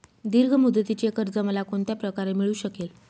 दीर्घ मुदतीचे कर्ज मला कोणत्या प्रकारे मिळू शकेल?